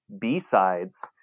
B-sides